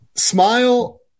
Smile